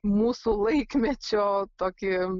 mūsų laikmečio tokį